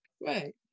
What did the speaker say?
right